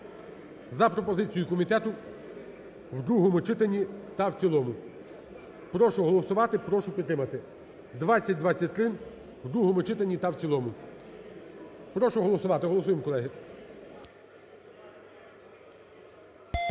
За пропозицією комітету в другому читанні та в цілому. Прошу голосувати, прошу підтримати. (2023) в другому читанні та в цілому. Прошу голосувати, голосуємо, колеги.